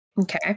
Okay